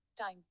time